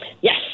yes